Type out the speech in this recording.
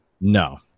No